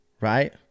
right